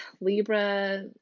Libra